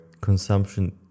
consumption